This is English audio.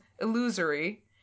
illusory